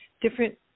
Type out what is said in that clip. different